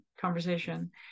conversation